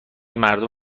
مردم